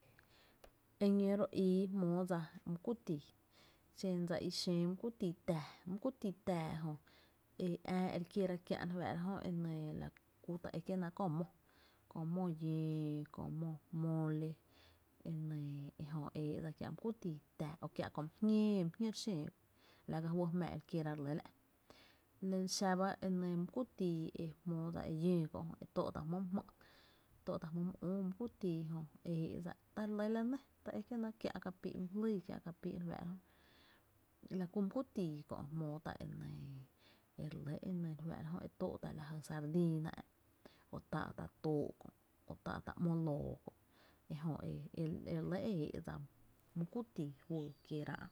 Eñóo ro ii jmóo dsa my kuy tii xen dsa i xöó my ku tii taä, my ku tii taä jö e ää e re kiera kiä’ re fáá’ra jó e kiä’ la ku ta ekié’ náá’ kö mó, Kö mó llóo kö mole, e nɇɇ ejö e éé’ dsa kiä’ my ku tii taä o kiä’ ko my jñóo re xöo kö’ la ka juy jmá e re kiera e re lɇ la’ nɇɇ x aba my kutii e jmóo dsa e llöo kö jö e tóo’ tá’ jmýy’ my jmý’, e tóo’ tá’ jmýy’ my üü my ku tii jö e eé´’dsa e re lɇ la nɇ ta e kiee’ náá’ kiä’ ka pii’ my jlíi fá’ la ky my ku tii kö’ jmóo tá’ enɇɇ e re lɇ e tóo’ ta’ lajy sardina e táá’ tá’ tóó’ kö’ o táá’ tá’ ‘mo loo kö’ e jö e rel ɇ e éé’ dsa my ku tii juyy kieerá’.